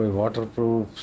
waterproof